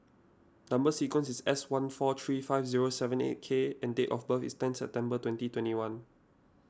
Number Sequence is S one four three five zero seven eight K and date of birth is ten September twenty twenty one